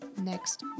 next